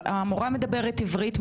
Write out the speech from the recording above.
המורה מדברת עברית,